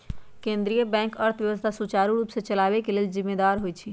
केंद्रीय बैंक अर्थव्यवस्था सुचारू रूप से चलाबे के लेल जिम्मेदार होइ छइ